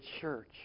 church